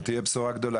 זו תהיה בשורה גדולה.